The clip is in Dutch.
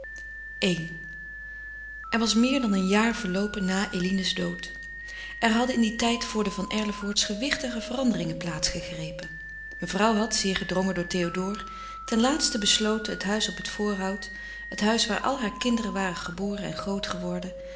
i er was meer dan een jaar verloopen na eline's dood er hadden in dien tijd voor de erlevoorts gewichtige veranderingen plaats gegrepen mevrouw had zeer gedrongen door théodore ten laatste besloten het huis op het voorhout het huis waar al haar kinderen waren geboren en groot geworden